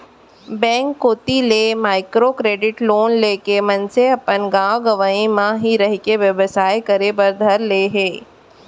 bank कोती ले micro credit loan लेके मनसे अपन गाँव गंवई म ही रहिके बेवसाय करे बर धर ले हे